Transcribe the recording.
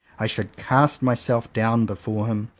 i should cast myself down before him,